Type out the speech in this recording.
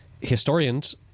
historians